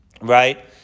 right